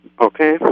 Okay